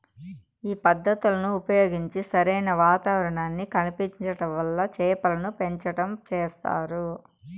ఈ పద్ధతులను ఉపయోగించి సరైన వాతావరణాన్ని కల్పించటం వల్ల చేపలను పెంచటం చేస్తారు